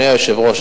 אדוני היושב-ראש,